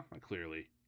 clearly